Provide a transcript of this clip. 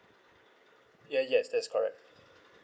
ya yes that's correct